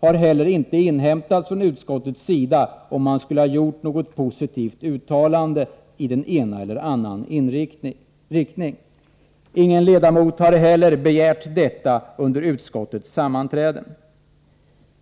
har inte heller skett, vilket borde ha erfordrats om man skulle ha gjort något positivt uttalande i den ena eller den andra riktningen. Ingen ledamot har heller begärt detta under utskottets sammanträden.